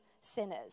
sinners